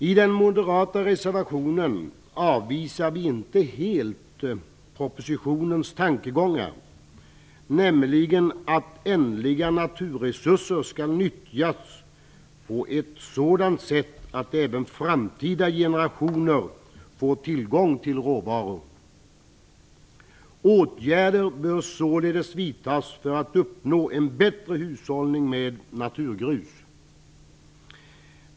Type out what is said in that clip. I den moderata reservationen avvisar vi inte helt propositionens tankegång att ändliga naturresurser skall nyttjas på ett sådant sätt att även framtida generationer får tillgång till råvaror. Åtgärder bör således vidtas för att vi skall uppnå en bättre hushållning med naturgrus.